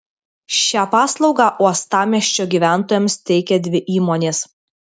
šią paslaugą uostamiesčio gyventojams teikia dvi įmonės